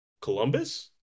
columbus